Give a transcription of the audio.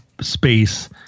space